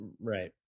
right